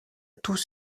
tous